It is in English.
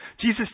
Jesus